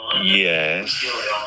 Yes